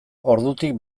ordutik